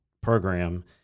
program